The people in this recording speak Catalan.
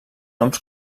noms